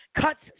Cuts